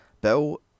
Bill